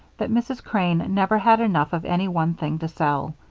that mrs. crane never had enough of any one thing to sell.